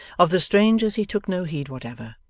of the strangers, he took no heed whatever.